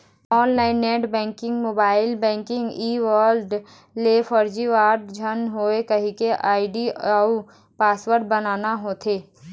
online net banking, mobile banking, e wallet ले फरजीवाड़ा झन होए कहिके आईडी अउ पासवर्ड बनाना होथे